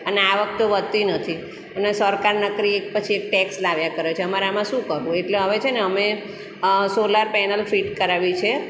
અને આવક તો વધતી નથી અને સરકાર નકરી એક પછી એક ટેક્સ લાવ્યા કરે છે અમારે આમાં શું કરવું એટલે હવે છે ને અમે સોલાર પેનલ ફિટ કરાવી છે